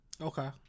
Okay